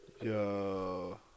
Yo